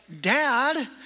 dad